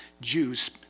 Jews